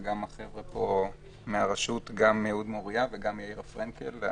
וגם החבר'ה פה מהרשות אהוד מוריה ויאירה פרנקל,